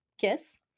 kiss